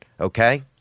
okay